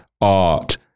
art